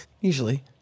Usually